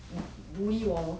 bully 我